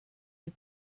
you